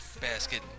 basket